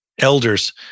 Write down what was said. elders